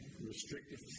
Restrictive